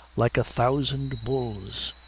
like a thousand bulls!